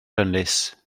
ynys